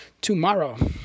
tomorrow